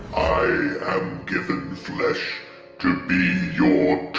i am given flesh to be your